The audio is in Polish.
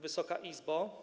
Wysoka Izbo!